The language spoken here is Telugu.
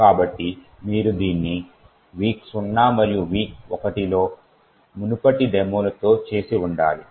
కాబట్టి మీరు దీన్ని week0 మరియు week1 లో మునుపటి డెమోలతో చేసి ఉండాలి